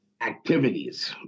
activities